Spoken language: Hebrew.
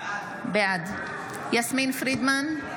בעד יסמין פרידמן,